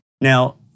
Now